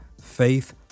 faith